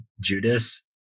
Judas